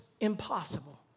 impossible